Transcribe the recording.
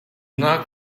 not